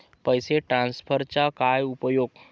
पैसे ट्रान्सफरचा काय उपयोग?